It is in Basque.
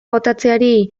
botatzeari